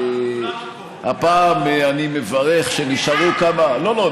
שניים, שלושה, הפעם אני מברך שנשארו כמה, לא, לא.